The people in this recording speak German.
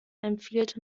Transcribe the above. empfiehlt